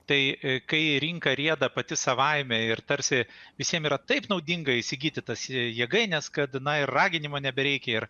tai kai rinka rieda pati savaime ir tarsi visiem yra taip naudinga įsigyti tas jėgainės kad na ir raginimo nebereikia ir